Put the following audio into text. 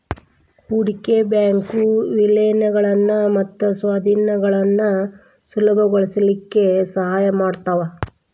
ಹೂಡ್ಕಿ ಬ್ಯಾಂಕು ವಿಲೇನಗಳನ್ನ ಮತ್ತ ಸ್ವಾಧೇನಗಳನ್ನ ಸುಲಭಗೊಳಸ್ಲಿಕ್ಕೆ ಸಹಾಯ ಮಾಡ್ತಾವ